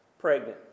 pregnant